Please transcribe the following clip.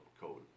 code